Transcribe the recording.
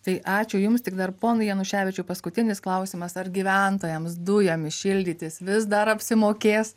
tai ačiū jums tik dar ponui januševičiui paskutinis klausimas ar gyventojams dujomis šildytis vis dar apsimokės